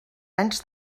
anys